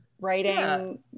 writing